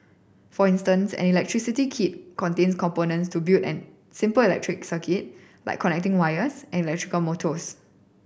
for instance an electricity kit contains components to build an simple electric circuit like connecting wires and electrical motors